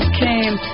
came